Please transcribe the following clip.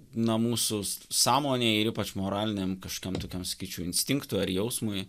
na mūsų sąmonėj ir ypač moraliniam kažkam tokiam sakyčiau instinktų ar jausmui